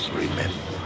remember